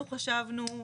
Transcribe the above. אנחנו חשבנו,